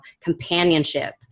companionship